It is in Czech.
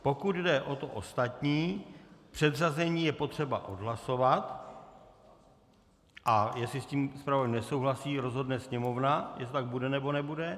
Pokud jde o to ostatní, předřazení je potřeba odhlasovat, a jestli s tím zpravodaj nesouhlasí, rozhodne Sněmovna, že to tak bude, nebo nebude.